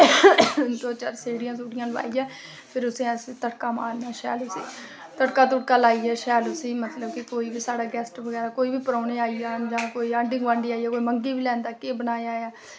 ते दौ चार सीटियां लोआइयै फिर उस्सी अस तड़का मारने शैल उस्सी तड़का लाइयै उस्सी शैल मतलब कि कोई बी साढ़े गेस्ट बगैरा कोई बी आई जाह्न ते कोई गोआंढी बी आई जंदा की केह् बनाया ऐ